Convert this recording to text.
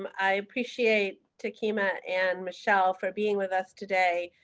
um i appreciate takiema, anne, michelle, for being with us today.